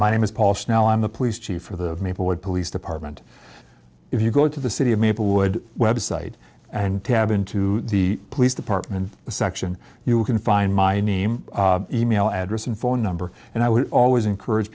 my name is paul snow i'm the police chief for the maplewood police department if you go to the city of maplewood website and to have been to the police department section you can find my name email address and phone number and i would always encourage